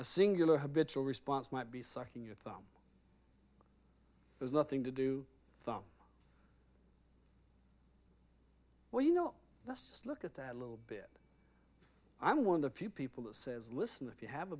a singular habitual response might be sucking your thumb has nothing to do thumb well you know let's just look at that a little bit i'm one of the few people that says listen if you have a